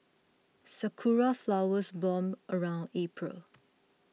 sakura flowers born around April